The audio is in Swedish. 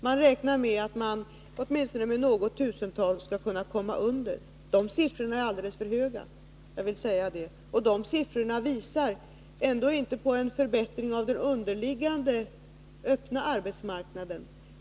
Man räknar med att man med åtminstone något tusental skall kunna komma under den siffran. Den är givetvis ändå alldeles för hög och visar inte på en förbättring av den underliggande öppna arbetsmarknaden.